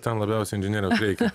ten labiausiai inžinerijos reikia